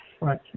Right